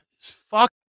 Fuck